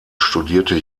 studierte